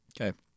Okay